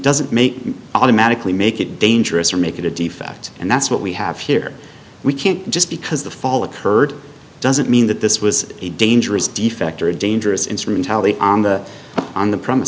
doesn't make automatically make it dangerous or make it a defect and that's what we have here we can't just because the fall occurred doesn't mean that this was a dangerous defect or a dangerous instrumentality on the on the